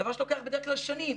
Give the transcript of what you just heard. דבר שלוקח בדרך כלל שנים,